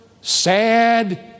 sad